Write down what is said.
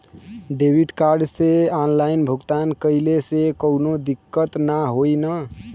Debit card से online भुगतान कइले से काउनो दिक्कत ना होई न?